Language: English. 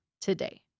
today